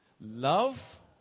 love